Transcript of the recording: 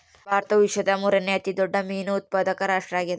ಭಾರತವು ವಿಶ್ವದ ಮೂರನೇ ಅತಿ ದೊಡ್ಡ ಮೇನು ಉತ್ಪಾದಕ ರಾಷ್ಟ್ರ ಆಗ್ಯದ